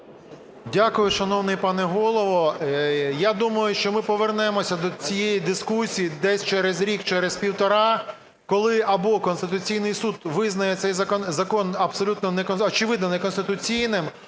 Дякую, шановний пане Голово. Я думаю, що ми повернемося до цієї дискусії десь через рік, через півтора, коли або Конституційний Суд визнає цей закон абсолютно, очевидно, неконституційним,